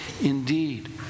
indeed